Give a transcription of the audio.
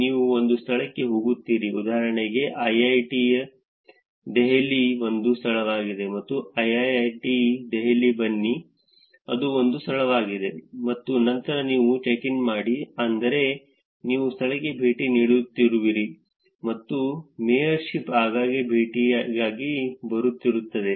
ನೀವು ಒಂದು ಸ್ಥಳಕ್ಕೆ ಹೋಗುತ್ತೀರಿ ಉದಾಹರಣೆಗೆ ಐಐಐಟಿ ದೆಹಲಿ ಒಂದು ಸ್ಥಳವಾಗಿದೆ ನೀವು ಐಐಐಟಿ ದೆಹಲಿಗೆ ಬನ್ನಿ ಅದು ಒಂದು ಸ್ಥಳವಾಗಿದೆ ಮತ್ತು ನಂತರ ನೀವು ಚೆಕ್ ಇನ್ ಮಾಡಿ ಅಂದರೆ ನೀವು ಸ್ಥಳಕ್ಕೆ ಭೇಟಿ ನೀಡುತ್ತಿರುವಿರಿ ಮತ್ತು ಮೇಯರ್ಶಿಪ್ ಆಗಾಗ ಭೇಟಿಗಾಗಿ ಬರುತ್ತಿರುತ್ತದೆ